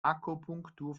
akupunktur